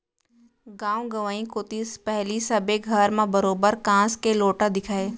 गॉंव गंवई कोती पहिली सबे घर म बरोबर कांस के लोटा दिखय